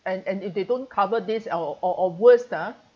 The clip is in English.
and and if they don't cover this out or or worst ah